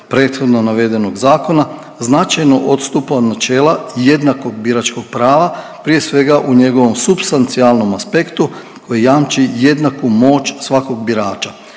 prethodno navedenog zakona značajno odstupa od načela jednakog biračkog prava, prije svega u njegovom supstancijalnom aspektu koji jamči jednaku moć svakog birača